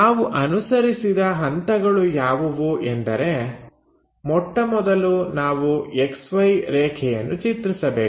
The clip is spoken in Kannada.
ನಾವು ಅನುಸರಿಸಿದ ಹಂತಗಳು ಯಾವುವು ಎಂದರೆ ಮೊಟ್ಟಮೊದಲು ನಾವು XY ರೇಖೆಯನ್ನು ಚಿತ್ರಿಸಬೇಕು